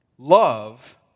Love